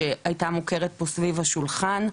שהייתה מוכרת פה סביב השולחן,